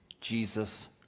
Jesus